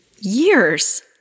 years